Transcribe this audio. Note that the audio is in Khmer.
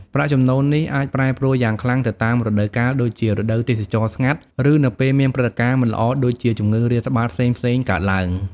ប្រាក់ចំណូលនេះអាចប្រែប្រួលយ៉ាងខ្លាំងទៅតាមរដូវកាល ដូចជារដូវទេសចរណ៍ស្ងាត់ ឬនៅពេលមានព្រឹត្តិការណ៍មិនល្អដូចជាជំងឺរាតត្បាតផ្សេងៗកើតទ្បើង។